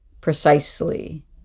precisely